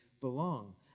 belong